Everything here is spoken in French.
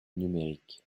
numériques